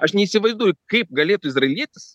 aš neįsivaizduoju kaip galėtų izraelietis